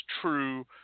true